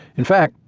in fact,